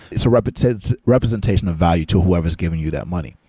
it's a representation representation of value to whoever is giving you that money,